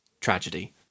tragedy